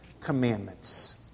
Commandments